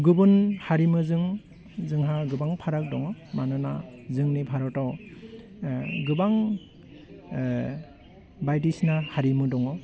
गुबुन हारिमुजों जोंहा गोबां फाराग दङ मानोना जोंनि भारताव गोबां बायदिसिना हारिमु दङ